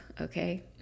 okay